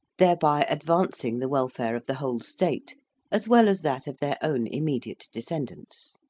thereby advancing the welfare of the whole state as well as that of their own immediate descendants.